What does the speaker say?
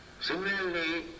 Similarly